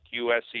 USC